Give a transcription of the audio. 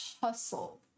hustle